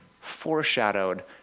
foreshadowed